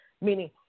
meaning